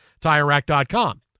TireRack.com